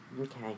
Okay